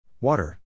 Water